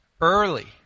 early